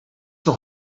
nog